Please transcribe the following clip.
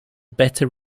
better